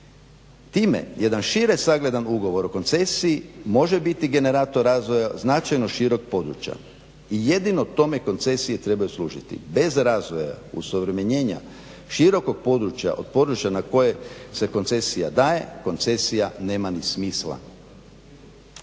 Time jedan šire sagledani ugovor o koncesiji može biti generator razvoja značajno šireg područja i jedino tome koncesije trebaju služiti. Bez razvoja, usavremenjenja širokog područja od područja na koje se koncesija daje, koncesija nema ni smisla.